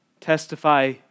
testify